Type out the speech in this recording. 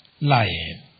lying